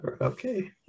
okay